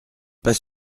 pas